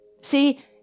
See